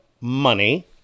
money